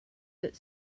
that